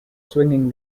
swinging